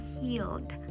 healed